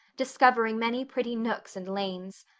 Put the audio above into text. discovering many pretty nooks and lanes.